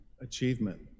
achievement